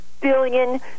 billion